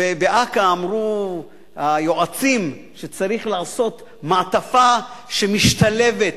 באכ"א אמרו היועצים שצריך לעשות מעטפה שמשתלבת,